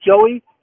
Joey